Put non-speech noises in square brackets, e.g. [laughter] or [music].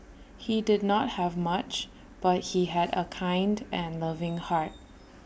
he did not have much but he had A kind and [noise] loving heart